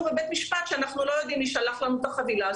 בבית המשפט שהם לא יודעים מי שלח להם את החבילה,